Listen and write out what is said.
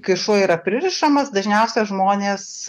kai šuo yra pririšamas dažniausia žmonės